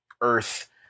Earth